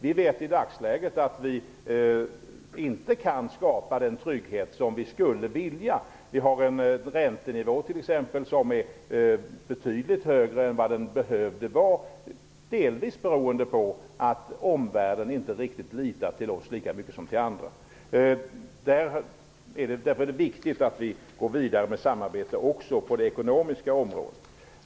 Vi vet i dagsläget att vi inte kan skapa den trygghet som vi skulle vilja. Vi har t.ex. en räntenivå som är betydligt högre än den behöver vara, delvis beroende på att omvärlden inte riktigt litar till oss lika mycket som till andra. Därför är det viktigt att vi går vidare med samarbete också på det ekonomiska området.